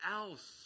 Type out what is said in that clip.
else